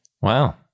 Wow